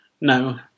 No